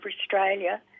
Australia